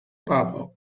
barber